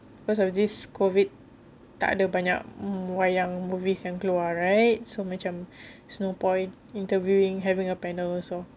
because of this COVID tak ada banyak wayang movies yang keluar right so macam there's no point interviewing having a panel also